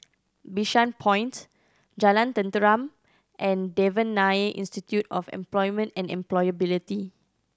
Bishan Point Jalan Tenteram and Devan Nair Institute of Employment and Employability